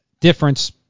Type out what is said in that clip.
difference